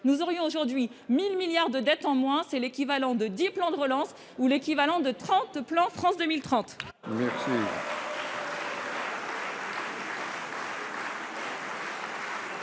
nous aurions aujourd'hui 1000 milliards de dettes en moins, c'est l'équivalent de 10 plans de relance ou l'équivalent de 30 Plan France 2030.